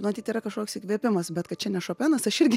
matyt yra kažkoks įkvėpimas bet kad čia ne šopenas aš irgi